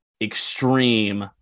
extreme